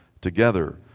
together